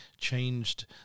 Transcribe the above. changed